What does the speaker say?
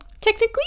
technically